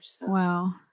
Wow